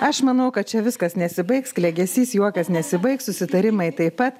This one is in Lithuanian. aš manau kad čia viskas nesibaigs klegesys juokas nesibaigs susitarimai taip pat